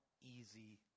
easy